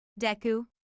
Deku